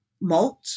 malt